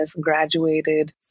graduated